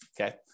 okay